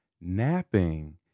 Napping